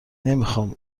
نمیخام